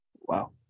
wow